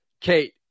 Kate